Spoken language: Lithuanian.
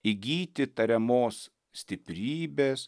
įgyti tariamos stiprybės